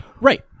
Right